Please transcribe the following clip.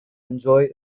enjoy